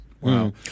Wow